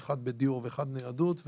אחד בדיור והשני בניידות.